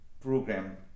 program